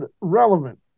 relevant